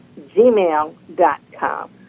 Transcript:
gmail.com